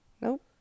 Nope